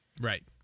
Right